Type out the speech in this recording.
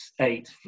eight